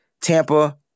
Tampa